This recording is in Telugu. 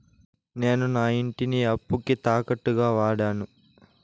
నేను నా ఇంటిని అప్పుకి తాకట్టుగా వాడాను